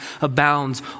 abounds